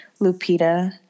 lupita